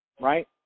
right